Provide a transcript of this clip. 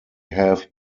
have